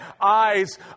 eyes